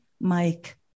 Mike